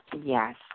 Yes